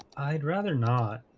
i'd rather not